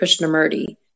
Krishnamurti